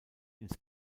ins